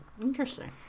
Interesting